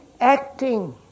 acting